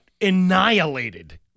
annihilated